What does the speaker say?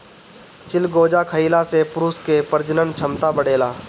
चिलगोजा खइला से पुरुष के प्रजनन क्षमता बढ़ेला